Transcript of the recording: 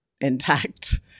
intact